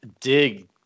dig